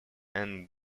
and